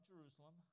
Jerusalem